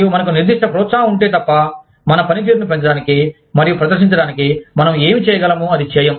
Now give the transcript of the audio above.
మరియు మనకు నిర్దిష్ట ప్రోత్సాహం ఉంటే తప్ప మన పనితీరును పెంచడానికి మరియు ప్రదర్శించడానికి మనం ఏమి చేయగలమో అది చేయం